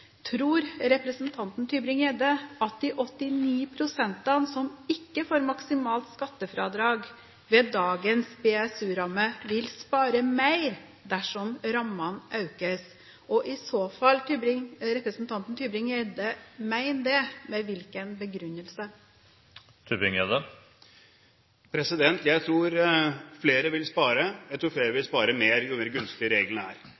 Tror representanten Tybring-Gjedde at de 89 pst. som ikke får maksimalt skattefradrag ved dagens BSU-ramme, vil spare mer dersom rammene økes? I tilfelle representanten Tybring-Gjedde mener det, med hvilken begrunnelse? Jeg tror flere vil spare. Jeg tror flere vil spare mer, jo mer gunstig reglene er.